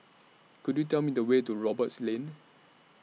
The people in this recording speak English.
Could YOU Tell Me The Way to Roberts Lane